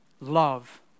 love